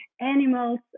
Animals